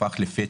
הפך לפטיש.